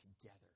together